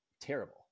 terrible